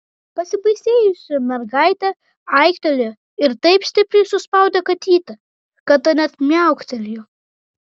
pasibaisėjusi mergaitė aiktelėjo ir taip stipriai suspaudė katytę kad ta net miauktelėjo